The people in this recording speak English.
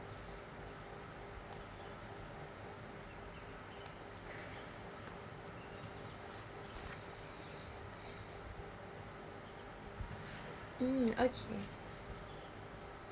mm okay